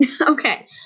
Okay